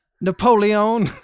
Napoleon